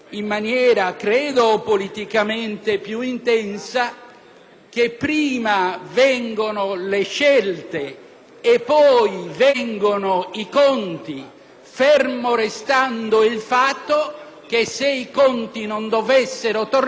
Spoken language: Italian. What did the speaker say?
che prima vengono le scelte e poi vengono i conti, fermo restando il fatto che, se i conti non dovessero tornare, si ritornerà sulle scelte.